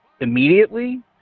immediately